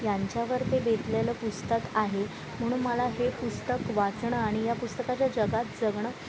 यांच्यावर ते बेतलेलं पुस्तक आहे म्हणून मला हे पुस्तक वाचणं आणि या पुस्तकाच्या जगात जगणं